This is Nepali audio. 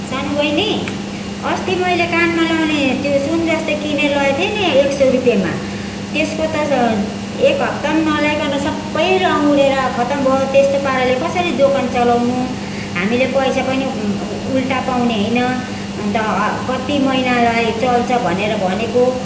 सानो बहिनी अस्ति मैले कानमा लगाउने त्यो सुन जस्तो किनेर लगाएको थिएँ नि एक सय रुप्पेमा त्यसको त एक हप्ता नलगाईकन सब रङ उठेर खतम भयो त्यस्तो पाराले कसरी दोकान चलाउनु हामीले पैसा पनि उल्टा पाउने होइन अन्त कति महिनालाई चल्छ भनेर भनेको